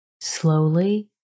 Slowly